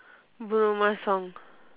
bruno mars song